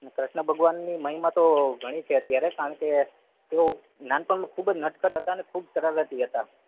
કૃષ્ણ ભગવાનની મહિમા તો ઘણી છે અત્યારે કારણ કે તો તેઓ નાનપણમાં ખૂબ જ નટખટ હતા અને ખૂબ શરારતી હતા